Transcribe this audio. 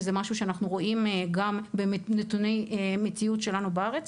וזה משהו שאנחנו רואים גם בנתוני המציאות שלנו בארץ,